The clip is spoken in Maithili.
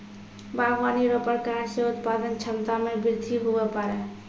बागवानी रो प्रकार से उत्पादन क्षमता मे बृद्धि हुवै पाड़ै